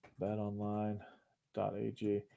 BetOnline.ag